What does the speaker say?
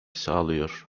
sağlıyor